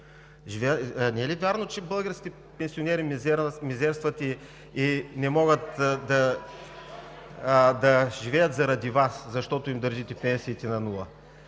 Не е ли вярно, че българските пенсионери мизерстват и не могат да живеят заради Вас, защото им държите пенсиите на нула?